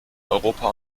europa